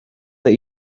that